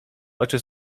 oczy